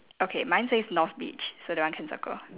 okay mine says north beach so that one can circle